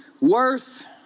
Worth